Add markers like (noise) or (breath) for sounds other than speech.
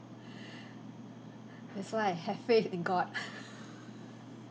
(breath) that's why I have faith in god (laughs)